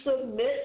submit